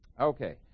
Okay